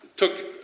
took